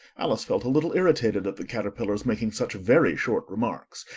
alice felt a little irritated at the caterpillar's making such very short remarks,